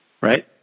right